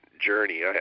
journey